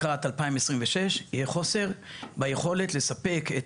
לקראת 2026 יהיה חוסר ביכולת לספק את